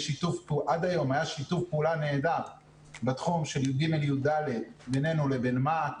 עד היום היה שיתוף פעולה נהדר בתחום של י"ג י"ד בינינו לבין מה"ט,